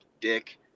dick